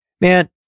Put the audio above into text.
Man